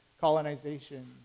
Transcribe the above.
colonization